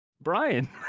Brian